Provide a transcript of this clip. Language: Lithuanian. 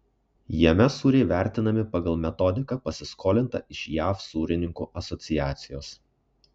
jame sūriai vertinami pagal metodiką pasiskolintą iš jav sūrininkų asociacijos